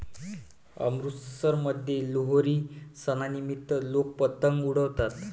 अमृतसरमध्ये लोहरी सणानिमित्त लोक पतंग उडवतात